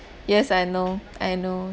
yes I know I know